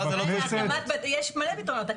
יש מלא פתרונות,